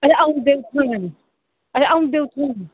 ते औंदे कुत्थुआं न अरे औंदे कुत्थुआं न